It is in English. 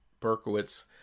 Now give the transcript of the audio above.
berkowitz